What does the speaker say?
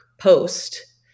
Post